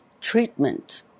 treatment